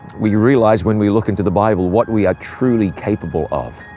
we realize when we look into the bible what we are truly capable of.